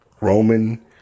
Roman